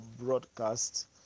broadcast